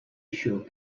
issue